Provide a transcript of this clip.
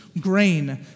grain